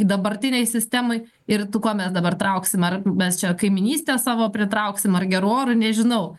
dabartinei sistemai ir tu kuo mes dabar trauksim ar mes čia kaimynyste savo pritrauksim ar geru oru nežinau